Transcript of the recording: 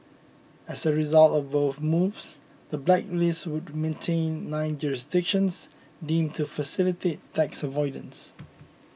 as a result of both moves the blacklist would maintain nine jurisdictions deemed to facilitate tax avoidance